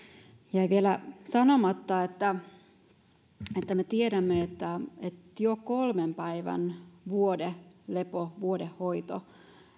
jäi vielä sanomatta että me tiedämme että jo kolmen päivän vuodelepo ja vuodehoito